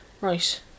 Right